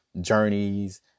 journeys